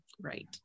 Right